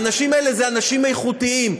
האנשים האלה הם אנשים איכותיים.